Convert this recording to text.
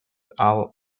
are